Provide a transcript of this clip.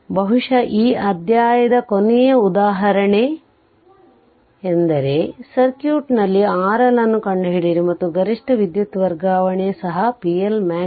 ಬಹುಶಃ ಈ ಅಧ್ಯಾಯದ ಕೊನೆಯ ಉದಾಹರಣೆಯೆಂದರೆ ಸರ್ಕ್ಯೂಟ್ನಲ್ಲಿ RL ಅನ್ನು ಕಂಡುಹಿಡಿಯಿರಿ ಮತ್ತು ಗರಿಷ್ಠ ವಿದ್ಯುತ್ ವರ್ಗಾವಣೆಯು ಸಹ pLmax